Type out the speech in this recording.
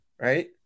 right